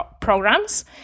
programs